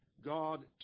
God